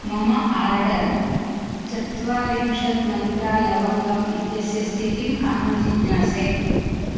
मम आर्डर् चत्वारिंशत् मन्त्रा लवङ्गम् इत्यस्य स्थितिम् अहं जिज्ञासे